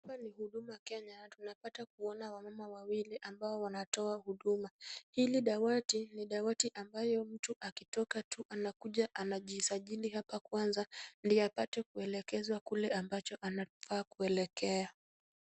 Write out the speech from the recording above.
Hapa ni Huduma ya Kenya. Tunapata kuona wamama wawili ambao wanatoa huduma. Hili dawati ni dawati ambayo mtu akitoka tu anakuja anajisajili hapa kwanza ndio apate kuelekezwa kule ambapo anafaa kuelekea.